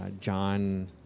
John